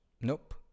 nope